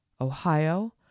Ohio